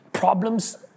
Problems